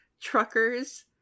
truckers